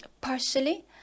Partially